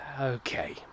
Okay